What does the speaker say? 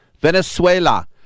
Venezuela